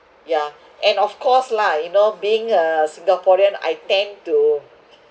ya and of course lah you know being a singaporean I tend to